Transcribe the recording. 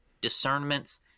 discernments